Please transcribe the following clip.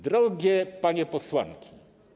Drogie Panie Posłanki!